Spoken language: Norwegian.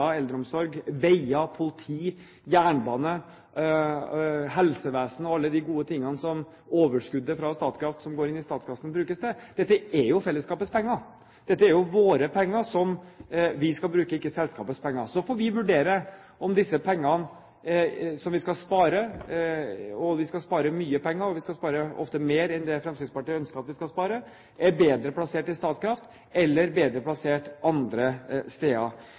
eldreomsorg, veier, politi, jernbane, helsevesen og alle de gode tingene som overskuddet fra Statkraft, som går inn i statskassen, brukes til. Dette er jo fellesskapets penger. Dette er jo våre penger som vi skal bruke, ikke selskapets penger. Så får vi vurdere om disse pengene som vi skal spare – vi skal spare mye penger, ofte mer enn det Fremskrittspartiet ønsker at vi skal spare – er bedre plassert i Statkraft eller bedre plassert andre steder.